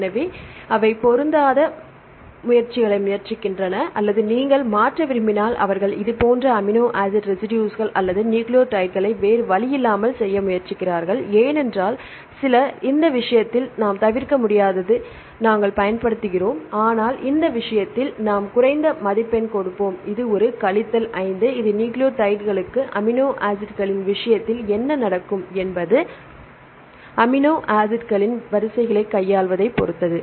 எனவே அவை பொருத்த முயற்சிக்கின்றன அல்லது நீங்கள் மாற்ற விரும்பினால் அவர்கள் இதேபோன்ற அமினோ ஆசிட் ரெசிடுஸ்கள் அல்லது நியூக்ளியோடைட்களை வேறு வழியில்லாமல் செய்ய முயற்சிக்கிறார்கள் ஏனென்றால் சில எவ்வாறு கையாள்வது பொறுத்தது